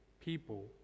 people